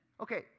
Okay